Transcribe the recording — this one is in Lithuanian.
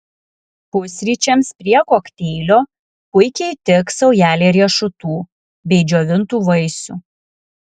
pusryčiams prie kokteilio puikiai tiks saujelė riešutų bei džiovintų vaisių